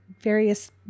various